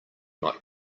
not